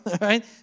right